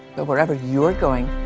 but wherever you are going,